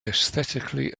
aesthetically